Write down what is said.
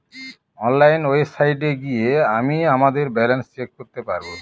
online ওয়েবসাইটে গিয়ে আমিই আমাদের ব্যালান্স চেক করতে পারবো